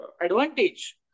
advantage